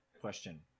question